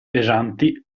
pesanti